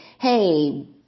hey